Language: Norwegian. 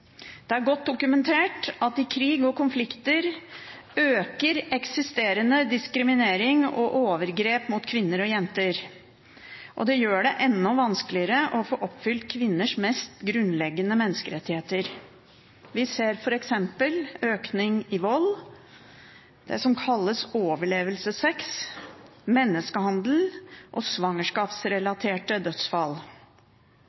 Det er godt dokumentert at i krig og konflikter øker eksisterende diskriminering og overgrep mot kvinner og jenter. Det gjør det enda vanskeligere å få oppfylt kvinners mest grunnleggende menneskerettigheter. Vi ser f.eks. en økning i vold som kalles overlevelsessex, i menneskehandel og